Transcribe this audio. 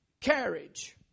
carriage